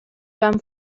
van